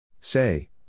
Say